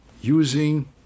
using